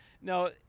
no